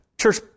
Church